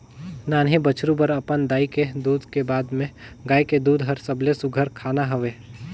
नान्हीं बछरु बर अपन दाई के दूद के बाद में गाय के दूद हर सबले सुग्घर खाना हवे